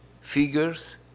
figures